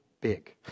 big